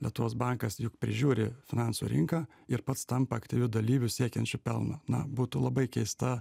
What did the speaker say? lietuvos bankas juk prižiūri finansų rinką ir pats tampa aktyviu dalyviu siekiančiu pelno na būtų labai keista